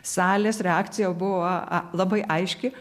salės reakcija buvo labai aiški